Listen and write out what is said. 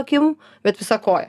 akim bet visa koja